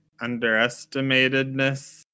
underestimatedness